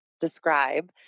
describe